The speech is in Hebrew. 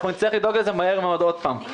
אנחנו נצטרך לדאוג לזה מהר מאוד עוד פעם,